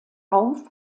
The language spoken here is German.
auf